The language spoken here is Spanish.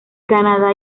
canadá